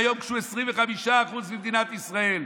והיום הוא 25% ממדינת ישראל?